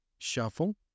Shuffle